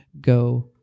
go